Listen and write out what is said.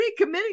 recommitting